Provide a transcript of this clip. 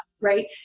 right